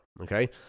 Okay